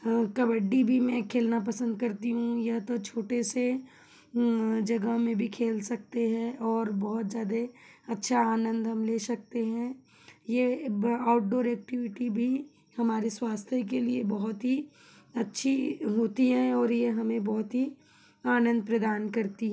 कबड्डी भी मैं खेलना पसंद करती हूँ यह तो छोटे से जगह में भी खेल सकते हैं और बहुत ज़्यादे अच्छा आनंद हम ले सकते हैं यह आउट्डोर ऐक्टिविटी भी हमारे स्वास्थय के लिए बहुत ही अच्छी होती है और यह हमें बहुत ही आनंद प्रदान करती